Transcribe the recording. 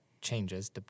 changes